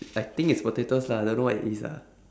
I think it's potatoes lah don't know what it is lah